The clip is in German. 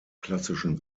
klassischen